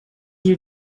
you